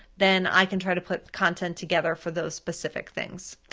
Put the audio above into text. then i can try to put content together for those specific things.